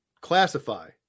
classify